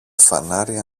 φανάρι